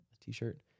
t-shirt